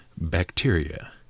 Bacteria